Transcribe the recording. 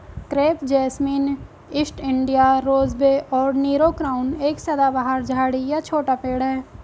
crepe jasmine, East India rosebay और Nero crown एक सदाबहार झाड़ी या छोटा पेड़ है